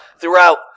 throughout